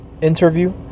interview